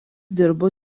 dirbo